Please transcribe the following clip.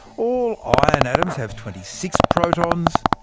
all iron atoms have twenty six protons,